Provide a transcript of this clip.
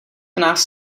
nás